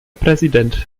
präsident